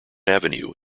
avenue